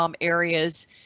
areas